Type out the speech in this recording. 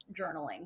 journaling